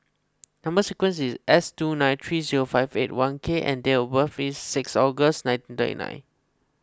Number Sequence is S two nine three zero five eight one K and date of birth is six August nineteen thirty nine